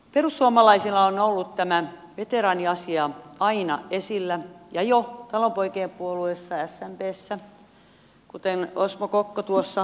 perussuomalaisilla on ollut tämä veteraaniasia aina esillä jo talonpoikien puolueessa smpssä kuten edustaja osmo kokko tuossa mainitsi